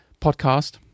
podcast